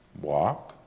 walk